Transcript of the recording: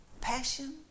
passion